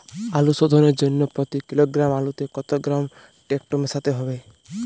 আলু শোধনের জন্য প্রতি কিলোগ্রাম আলুতে কত গ্রাম টেকটো মেশাতে হবে?